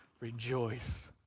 rejoice